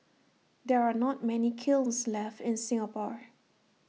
there are not many kilns left in Singapore